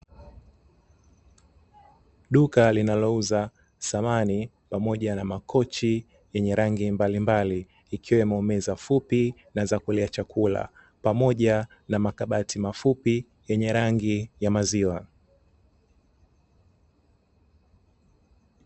Duka linalouza samani pamoja na makochi yenye rangi mbalimbali, ikiwemo meza fupi na za kulia chakula pamoja na makabati mafupi yenye rangi ya maziwa.